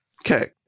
okay